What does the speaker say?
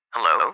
Hello